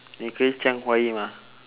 你可以讲华语吗